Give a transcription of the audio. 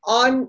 on